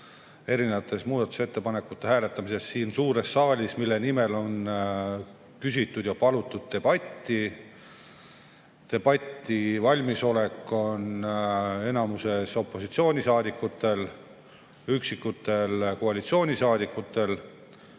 erinevate muudatusettepanekute hääletamisest siin suures saalis, mille kohta on küsitud ja palutud debatti. Debatiks valmisolek on enamikul opositsioonisaadikutel, üksikutel koalitsioonisaadikutel.